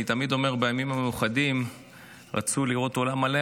אני תמיד אומר שבימים המיוחדים רצוי לראות אולם מלא,